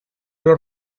los